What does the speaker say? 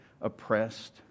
oppressed